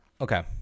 Okay